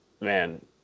man